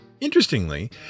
Interestingly